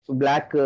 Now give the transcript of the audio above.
black